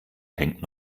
hängt